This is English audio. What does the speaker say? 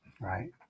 right